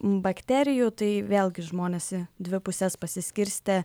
bakterijų tai vėlgi žmonės į dvi puses pasiskirstė